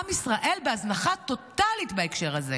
עם ישראל בהזנחה טוטלית בהקשר הזה,